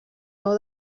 nou